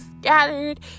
scattered